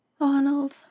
Arnold